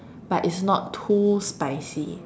but it's not too spicy